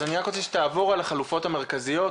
אז אני רוצה שתעבור על החלופות המרכזיות.